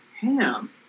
Ham